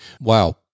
wow